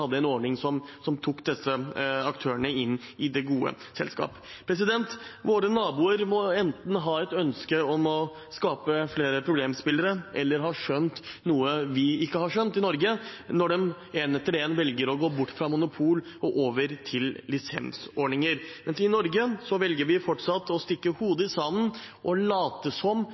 en ordning som tok disse aktørene inn i det gode selskap. Våre naboer må enten ha et ønske om å skape flere problemspillere eller ha skjønt noe vi ikke har skjønt i Norge, når de en etter en velger å gå bort fra monopol og over til lisensordninger. I Norge velger vi fortsatt å stikke hodet i sanden og late som